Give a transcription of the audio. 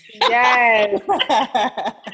yes